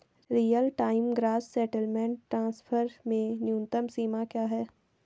Real time gross settlement transfer में न्यूनतम सीमा क्या है?